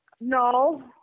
No